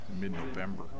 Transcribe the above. mid-November